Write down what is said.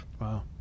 Wow